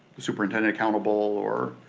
the superintendent accountable or